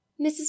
Mrs